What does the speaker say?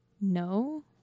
No